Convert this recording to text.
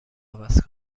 عوض